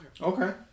Okay